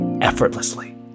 effortlessly